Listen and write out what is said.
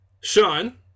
Sean